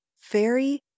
fairy